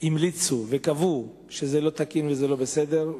המליצו וקבעו שזה לא תקין וזה לא בסדר,